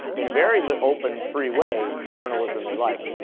in a very like open free way, the journalism they like?